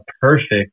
perfect